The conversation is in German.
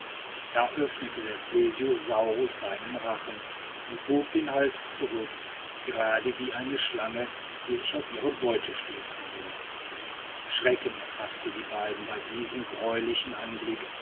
da öffnete der plesiosaurus seinen rachen und bog den hals zurück gerade wie eine schlange die sich auf ihre beute stürzen will schrecken erfaßte die beiden bei diesem greulichen anblick